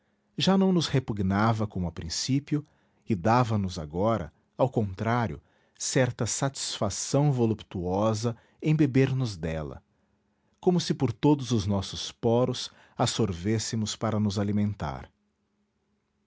já nos não repugnava como a princípio e dava nos agora ao contrário certa satisfação volutuosa embeber nos nela como se por todos os nossos poros a sorvêssemos para nos alimentar